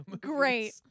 Great